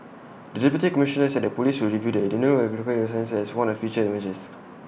the deputy Commissioner said the Police will review the renewal of liquor licences as one of future measures